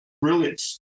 brilliance